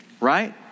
right